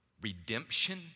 Redemption